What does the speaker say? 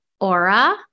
aura